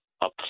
up